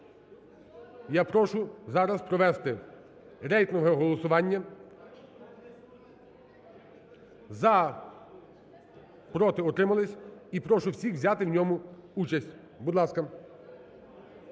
Я прошу зараз провести рейтингове голосування. За, проти, утримались – і прошу всіх взяти у ньому участь. Будь ласка,